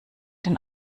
den